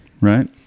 right